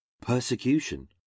persecution